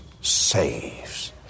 saves